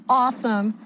awesome